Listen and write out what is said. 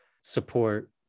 support